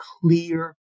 clear